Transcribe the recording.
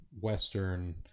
western